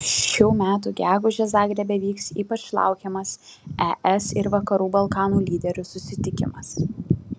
šių metų gegužę zagrebe vyks ypač laukiamas es ir vakarų balkanų lyderių susitikimas